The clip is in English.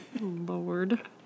Lord